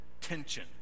tension